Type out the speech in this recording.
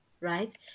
right